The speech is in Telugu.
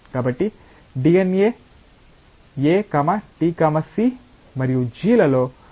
కాబట్టి DNA A T C మరియు G లలో నాలుగు వేర్వేరు స్థావరాలు ఉన్నాయి